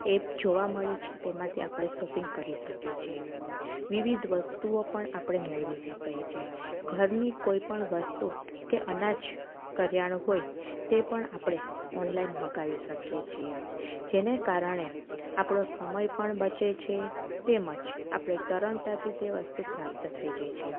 app જોવા મળે છે તેમાંથી આપણે સોપિંગ કરી શકીએ છીએ વિવિધ વસ્તુઓ પણ આપણે મેળવી શકાય છે ઘરની કોઈ પણ વસ્તુ કે અનાજ કરિયાણું હોય તે પણ આપણે ઓનલાઈન મગાવી શકીએ છીએ જેને કારણે આપણો સમય પણ બચે છે તેમજ આપણે સરળતાથી તે વસ્તુ પ્રાપ્ત થઈ જાય છે